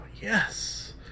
Yes